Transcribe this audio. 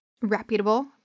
reputable